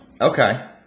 Okay